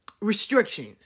restrictions